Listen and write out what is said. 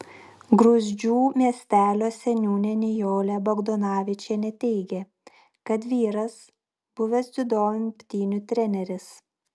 gruzdžių miestelio seniūnė nijolė bagdonavičienė teigė kad vyras buvęs dziudo imtynių treneris